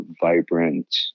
vibrant